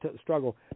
struggle